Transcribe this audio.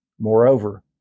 Moreover